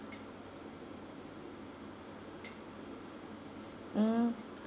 mm